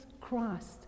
Christ